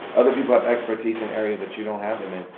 other people have expertise in areas that you don't have them in,